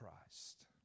Christ